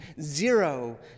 zero